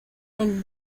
del